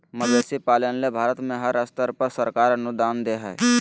मवेशी पालन ले भारत में हर स्तर पर सरकार अनुदान दे हई